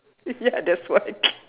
ya that's why